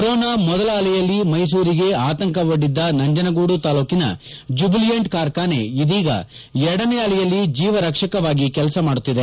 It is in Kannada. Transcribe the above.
ಕೊರೊನಾ ಮೊದಲ ಅಲೆಯಲ್ಲಿ ಮೈಸೂರಿಗೆ ಆತಂಕವೊಡ್ಡಿದ್ದ ನಂಜನಗೂಡು ತಾಲ್ಲೂಕಿನ ಜುಬಿಲಿಯಂಟ್ ಕಾರ್ಖಾನೆ ಇದೀಗ ಎರಡನೇ ಅಲೆಯಲ್ಲಿ ಜೀವರಕ್ಷಕವಾಗಿ ಕೆಲಸ ಮಾಡುತ್ತಿದೆ